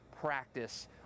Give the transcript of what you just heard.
practice